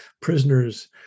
prisoners